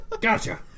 Gotcha